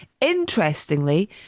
Interestingly